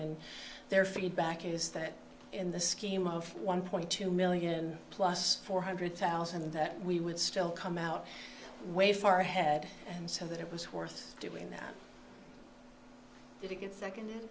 and their feedback is that in the scheme of one point two million plus four hundred thousand we would still come out way far ahead and so that it was worth doing that if you get second